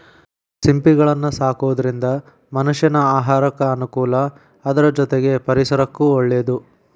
ಸಿಂಪಿಗಳನ್ನ ಸಾಕೋದ್ರಿಂದ ಮನಷ್ಯಾನ ಆಹಾರಕ್ಕ ಅನುಕೂಲ ಅದ್ರ ಜೊತೆಗೆ ಪರಿಸರಕ್ಕೂ ಒಳ್ಳೇದು